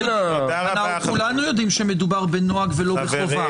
כולנו יודעים שמדובר בנוהג ולא בחובה,